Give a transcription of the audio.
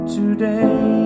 today